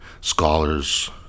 scholars